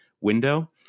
window